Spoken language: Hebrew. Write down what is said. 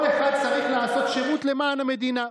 כל אחד צריך לעשות שירות למען המדינה.